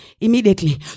immediately